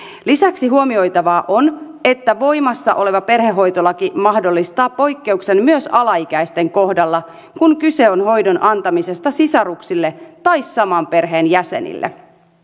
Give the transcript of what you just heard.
lisäksi huomioitavaa on että voimassa oleva perhehoitolaki mahdollistaa poikkeuksen myös ala ikäisten kohdalla kun kyse on hoidon antamisesta sisaruksille tai saman perheen jäsenille